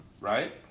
right